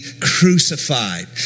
crucified